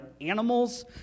animals